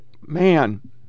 man